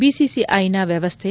ಬಿಸಿಸಿಐನ ವ್ಲವಸ್ಥೆ